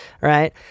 right